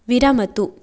विरमतु